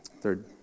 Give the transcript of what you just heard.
Third